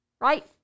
Right